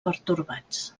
pertorbats